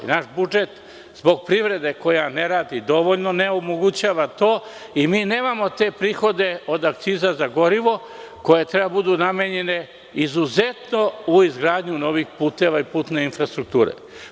Naš budžet zbog privrede, koja ne radi dovoljno, ne omogućava to i mi nemamo te prihode od akciza za gorivo, koje treba da budu namenjene izuzetno u izgradnju novih puteva i putne infrastrukture.